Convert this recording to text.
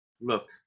Look